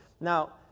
Now